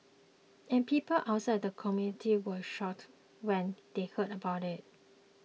and people outside the community are shocked when they hear about it